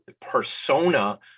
persona